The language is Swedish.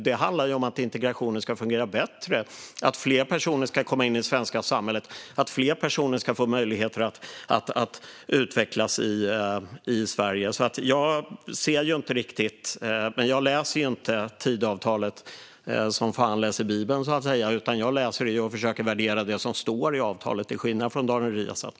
Det handlar om att integrationen ska fungera bättre, att fler personer ska komma in i det svenska samhället och att fler personer ska få möjligheter att utvecklas i Sverige. Jag läser inte Tidöavtalet som fan läser Bibeln, så att säga, utan jag försöker att värdera det som står i avtalet, till skillnad från Daniel Riazat.